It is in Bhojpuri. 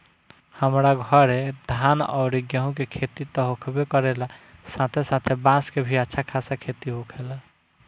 हमरा घरे धान अउरी गेंहू के खेती त होखबे करेला साथे साथे बांस के भी अच्छा खासा खेती होखेला